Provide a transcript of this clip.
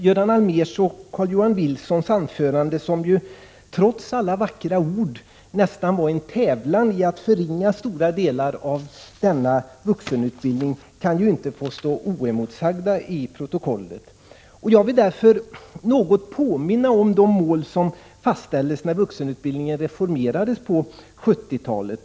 Göran Allmérs och Carl-Johan Wilsons anföranden, som trots alla vackra ord nästan var en tävlan i att förringa stora delar av denna vuxenutbildning, kan dock inte få stå oemotsagda i protokollet. Jag vill därför något påminna om de mål som fastställdes när vuxenutbildningen reformerades på 1970-talet.